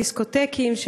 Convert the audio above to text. דיסקוטקים,